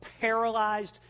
paralyzed